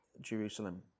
Jerusalem